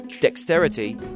dexterity